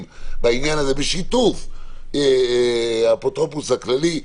בעניין הזה בשיתוף האפוטרופוס הכללי?